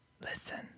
Listen